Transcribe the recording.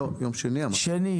לא, יום שני אמרת.